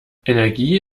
energie